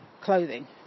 clothing